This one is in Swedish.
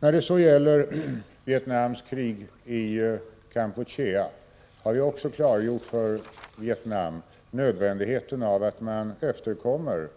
När det gäller Vietnams krig i Kampuchea har vi för Vietnam klargjort nödvändigheten av att man efterkommer